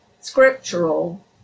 scriptural